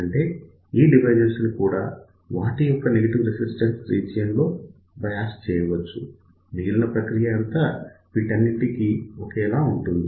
అంటే ఈ డివైసెస్ ని కూడా వాటి యొక్క నెగటివ్ రెసిస్టెన్స్ రీజియన్ లో బయాస్ చేయవచ్చు మిగిలిన ప్రక్రియ అంతా వీటన్నింటికీ ఒకేలా ఉంటుంది